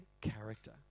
character